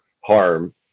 harm